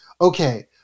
Okay